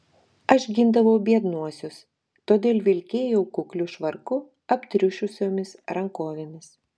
aš gindavau biednuosius todėl vilkėjau kukliu švarku aptriušusiomis rankovėmis